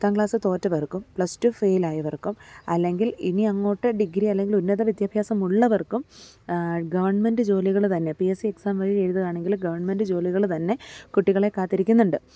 പത്താം ക്ലാസ് തോറ്റവർക്കും plus two fail ആയവർക്കും അല്ലെങ്കിൽ ഇനിയങ്ങോട്ട് ഡിഗ്രി അല്ലെങ്കിൽ ഉന്നത വിദ്യാഭ്യാസം ഉള്ളവർക്കും ഗവൺമെൻറ്റ് ജോലികൾ തന്നെ പി എസ് സി എക്സാം വഴി എഴുതുകയാണെങ്കിൽ ഗവൺമെൻറ്റ് ജോലികൾ തന്നെ കുട്ടികളെ കാത്തിരിക്കുന്നുണ്ട്